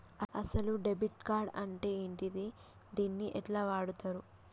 అసలు debit card అంటే ఏంటిది? దీన్ని ఎట్ల వాడుతరు?